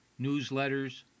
newsletters